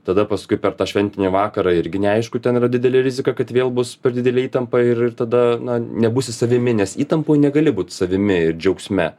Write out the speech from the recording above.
tada paskui per tą šventinį vakarą irgi neaišku ten yra didelė rizika kad vėl bus per didelė įtampa ir ir tada na nebūsi savimi nes įtampoj negali būt savimi ir džiaugsme